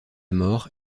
mort